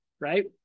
Right